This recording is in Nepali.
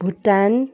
भुटान